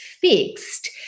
fixed